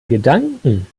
gedanken